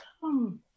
come